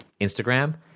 Instagram